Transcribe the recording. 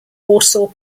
warsaw